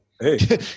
Hey